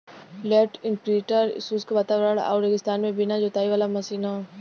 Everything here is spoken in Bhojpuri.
लैंड इम्प्रिंटर शुष्क वातावरण आउर रेगिस्तान में बिना जोताई वाला मशीन हौ